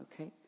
okay